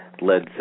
Led